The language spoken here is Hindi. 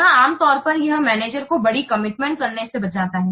यहां आमतौर पर यह मैनेजर को बड़ी कमिटमेंट करने से बचाता है